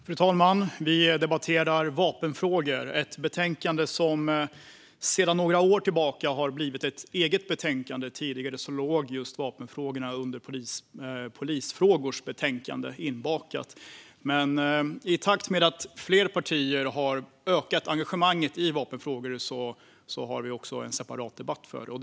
Fru talman! Vi debatterar vapenfrågor - frågor som sedan några år tillbaka finns i ett eget betänkande. Tidigare låg vapenfrågorna under polisfrågorna och var inbakade i det betänkandet. Eftersom fler partier har ökat engagemanget i vapenfrågor har vi numera en separat debatt om dem.